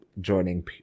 joining